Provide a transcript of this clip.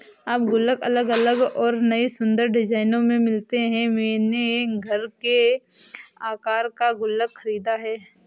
अब गुल्लक अलग अलग और नयी सुन्दर डिज़ाइनों में मिलते हैं मैंने घर के आकर का गुल्लक खरीदा है